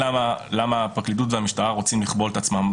כמו שאתם אמרתם,